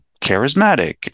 charismatic